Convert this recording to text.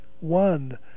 one